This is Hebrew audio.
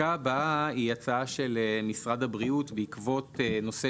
היא הצעה של משרד הבריאות בעקבות נושא